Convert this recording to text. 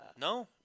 No